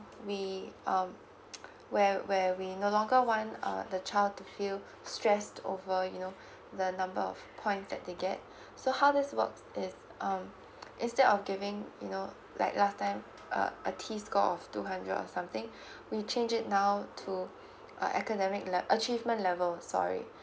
we um where where we no longer want uh the child to feel stressed over you know the number of points that they get so how this works is um instead of giving you know like last time uh a T score of two hundred or something we changed it now to a academic le~ achievement levels sorry